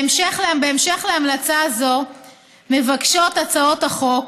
בהמשך להמלצה זו מבקשות הצעות החוק